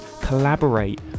collaborate